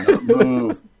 move